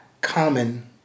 common